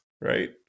right